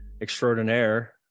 extraordinaire